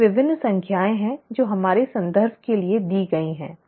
ये विभिन्न संख्याएं हैं जो हमारे संदर्भ के लिए दी गई हैं